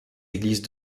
églises